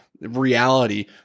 reality